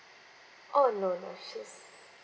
oh no no she's